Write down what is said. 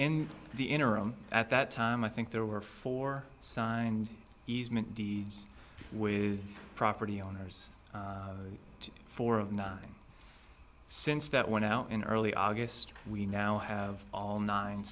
in the interim at that time i think there were four signed easement deeds with property owners four of nine since that one in early august we now have